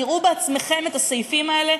תראו בעצמכם את הסעיפים האלה,